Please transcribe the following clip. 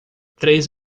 três